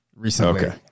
Recently